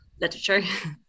literature